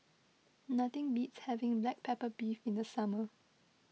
nothing beats having Black Pepper Beef in the summer